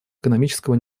экономического